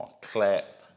clip